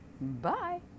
bye